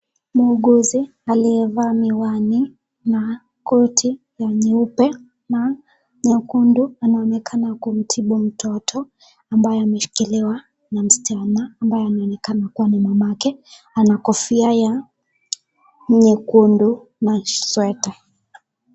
Muuguzi aliyevaa miwani na koti la nyeupe na nyekundu, anaonekana kumtibu mtoto ambaye ameshikiliwa na msichana ambaye anaonekana kuwa ni mamake. Ana kofia ya nyekundu na sweta.